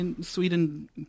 Sweden